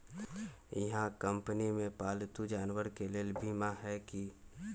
इहा कंपनी में पालतू जानवर के लेल बीमा हए कि?